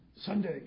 Sunday